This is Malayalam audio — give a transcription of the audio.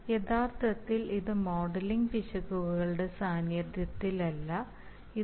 യഥാർത്ഥത്തിൽ ഇത് മോഡലിംഗ് പിശകുകളുടെ സാന്നിധ്യത്തിലല്ല ഇത് G sTd